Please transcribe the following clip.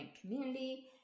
Community